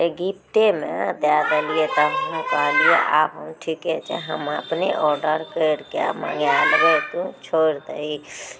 गिफ्टेमे दए देलियै हम कहलियै आब हम ठीके जे हमे अपने ऑर्डर करि ऽ मङ्गा लेबै तोँ छोड़ि दही